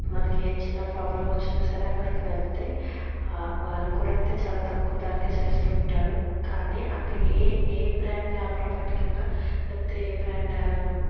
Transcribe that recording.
మనకి ఏ చిన్న ప్రాబ్లమ్ వచ్చినా సరే అక్కడికి వెళ్తే వాళ్లు కూడా అంతే చాలా తక్కువ ధరకే చేస్తూ ఉంటారు కాని అక్కడ ఏ ఏ బ్రాండ్ ల్యాప్టాప్ పట్టుకెళ్లిన లేకపోతే ఏ బ్రాండ్